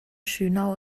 schönau